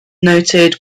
noted